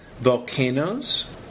Volcanoes